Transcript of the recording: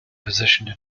positioned